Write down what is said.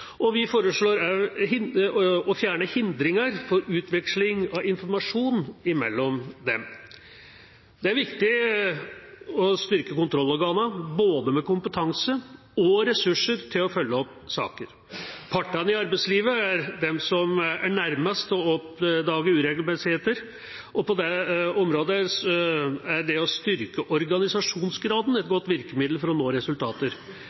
Vi foreslår også å fjerne hindringer for utveksling av informasjon imellom dem. Det er viktig å styrke kontrollorganene med både kompetanse og ressurser til å følge opp saker. Partene i arbeidslivet er de som er nærmest til å oppdage uregelmessigheter. På det området er det å styrke organisasjonsgraden et godt virkemiddel for å nå resultater.